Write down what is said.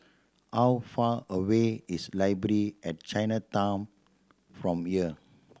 how far away is Library at Chinatown from here